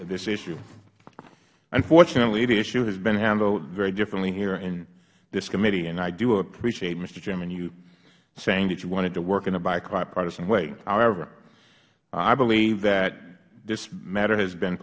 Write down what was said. this issue unfortunately the issue has been handled very differently here in this committee and i do appreciate mister chairman you saying that you wanted to work in a bipartisan way however i believe that this matter has been